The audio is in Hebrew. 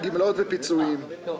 ירים את ידו.